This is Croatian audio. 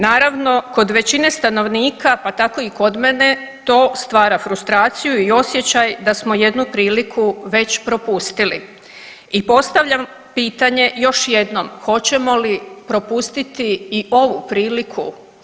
Naravno kod većine stanovnika, pa tako i kod mene to stvara frustraciju i osjećaj da smo jednu priliku već propustili i postavljam pitanje još jednom hoćemo li propustiti i ovu priliku.